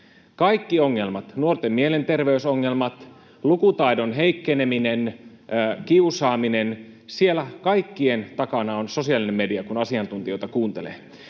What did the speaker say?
Kaikkien ongelmien — nuorten mielenterveysongelmat, lukutaidon heikkeneminen, kiusaaminen — takana on sosiaalinen media, kun asiantuntijoita kuuntelee.